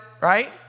Right